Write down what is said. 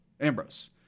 Ambrose